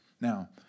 Now